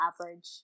average